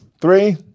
Three